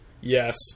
Yes